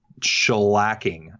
shellacking